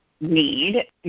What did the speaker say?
need